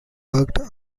worked